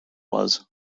was